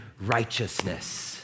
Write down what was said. righteousness